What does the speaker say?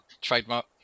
Trademark